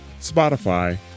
Spotify